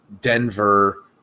Denver